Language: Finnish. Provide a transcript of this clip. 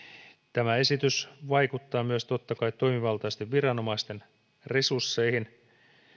tämä esitys vaikuttaa myös totta kai toimivaltaisten viranomaisten resursseihin